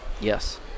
Yes